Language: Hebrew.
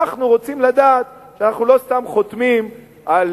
אנחנו רוצים לדעת שאנחנו לא סתם חותמים על,